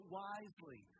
wisely